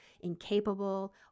incapable